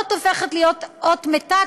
האות הופכת להיות אות מתה,